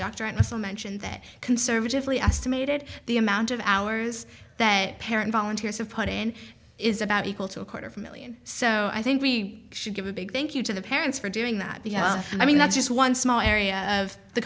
anderson mentioned that conservatively estimated the amount of hours that parent volunteers have put in is about equal to a quarter of a million so i think we should give a big thank you to the parents for doing that because i mean that's just one small area of the